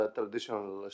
traditional